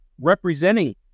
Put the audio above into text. representing